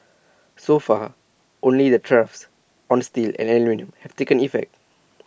so far only the tariffs on steel and have taken effect